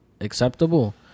acceptable